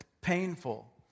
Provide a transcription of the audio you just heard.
painful